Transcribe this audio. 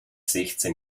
sechzehn